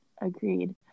Agreed